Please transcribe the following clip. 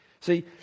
See